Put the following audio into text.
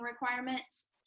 requirements